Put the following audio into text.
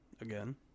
again